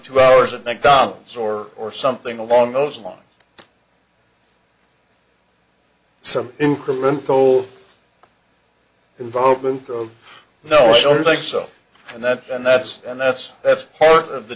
two hours at mcdonald's or or something along those lines some incremental involvement of no i don't think so and that's and that's and that's that's part of the